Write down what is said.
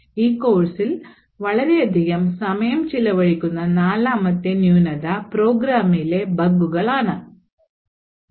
ഈ കോഴ്സിൽ വളരെയധികം സമയം ചിലവഴിക്കുന്ന നാലാമത്തെ ന്യൂനത പ്രോഗ്രാമിലെ ബഗുകൾ മൂലമാണ്